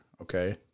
Okay